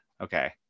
okay